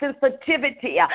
sensitivity